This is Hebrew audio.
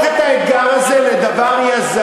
את הדבר הזה ונהפוך את האתגר הזה לדבר יזמי,